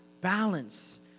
balance